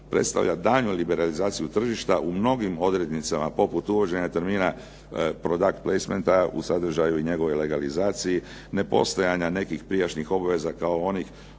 predstavlja daljnju liberalizaciju tržišta u mnogim odrednicama poput uvođenja termina .../Govornik se ne razumije./ ... u sadržaju i njegovoj legalizaciji, ne postojanja nekih prijašnjih obveza kao onih